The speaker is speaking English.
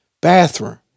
bathroom